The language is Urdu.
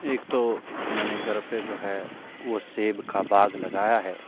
ایک تو میں نے گھر پہ جو ہے وہ سیب کا باغ لگایا ہے